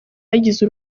yagize